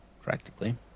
Practically